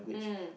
mm